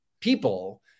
people